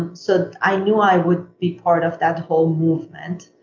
and so, i knew i would be part of that whole movement.